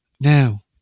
Now